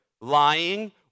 lying